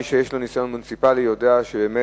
מי שיש לו ניסיון מוניציפלי יודע שבאמת